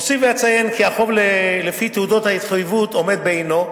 אוסיף ואציין כי החוב לפי תעודת ההתחייבות עומד בעינו,